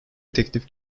teklif